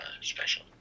special